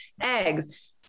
eggs